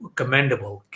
commendable